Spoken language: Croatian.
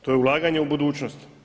To je ulaganje u budućnost.